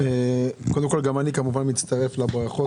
קודם כל גם אני כמובן מצטרף לברכות,